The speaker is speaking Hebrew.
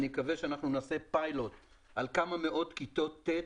אני מקווה שנעשה פיילוט על כמה מאות כיתות ט'